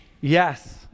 Yes